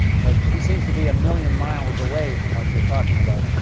cause he seems to be a million miles away from what you're talking about.